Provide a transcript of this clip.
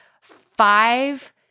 five